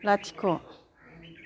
लाथिख'